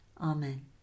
amen